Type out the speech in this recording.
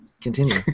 continue